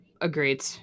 Agreed